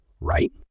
right